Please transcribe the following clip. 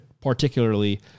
particularly